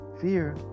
fear